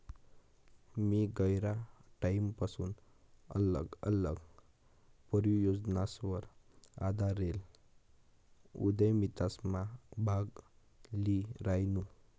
मी गयरा टाईमपसून आल्लग आल्लग परियोजनासवर आधारेल उदयमितासमा भाग ल्ही रायनू